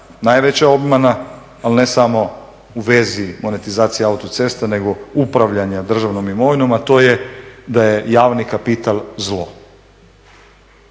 najveća obmana ali ne samo u vezi monetizacija autocesta nego upravljanja državnom imovinom, a to je da je javni kapital zlo.